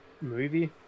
movie